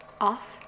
off